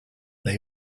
they